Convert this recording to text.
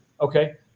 okay